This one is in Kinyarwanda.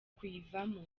kuyivamo